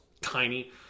tiny